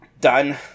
done